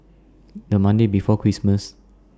The Monday before Christmas